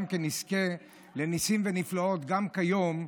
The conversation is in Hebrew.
נזכה לניסים ונפלאות גם כיום,